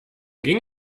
ging